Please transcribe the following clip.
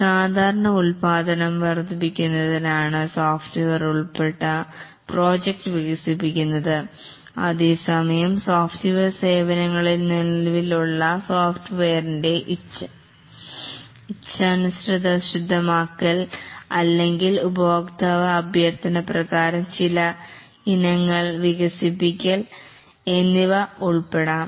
ഒരു സാധാരണ ഉൽപാദനം വർധിപ്പിക്കുന്നതിന് ആണ് സോഫ്റ്റ്വെയർ ഉൾപ്പെട്ട പ്രോജക്ട് വികസിപ്പിക്കുന്നത് അതേസമയം സോഫ്റ്റ്വെയർ സേവനങ്ങളിൽ നിലവിലുള്ള സോഫ്റ്റ്വെയറിൻറെ ഇച്ഛാനുസൃതമാക്കൽ അല്ലെങ്കിൽ ഉപഭോക്ത അഭ്യർഥനപ്രകാരം ചില ഈനങ്ങൾ വികസിപ്പിക്കൽ എന്നിവ ഉൾപ്പെടാം